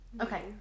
Okay